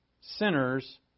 sinners